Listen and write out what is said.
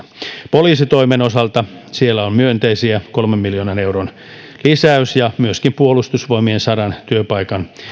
poliisitoimen osalta on myönteistä kolmen miljoonan euron lisäys ja myöskin puolustusvoimien sadan työpaikan